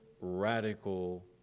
radical